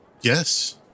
Yes